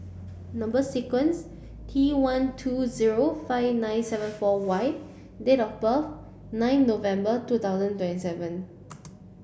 number sequence T one two zero five nine seven four Y date of birth nine November two thousand twenty seven